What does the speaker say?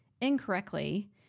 incorrectly